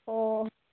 অ'